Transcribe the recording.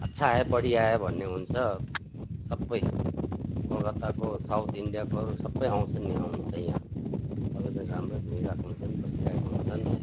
अच्छा है बडिया है भन्ने हुन्छ सबै कलकत्ताको साउथ इन्डियाकोहरू सबै आउँछन् नि आउनु त यहाँ सबैजना राम्रै घुमिरहेको हुन्छन् बसिरहेको हुन्छन्